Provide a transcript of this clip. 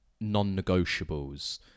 non-negotiables